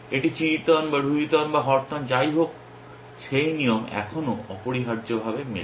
এটি চিড়িতন বা রুহিতন বা হরতন যাই হোক সেই নিয়ম এখনও অপরিহার্যভাবে মেলে